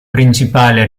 principale